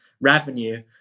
revenue